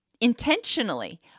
intentionally